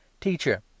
Teacher